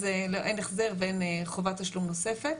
אז אין החזר ואין חובת תשלום נוספת.